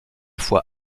fois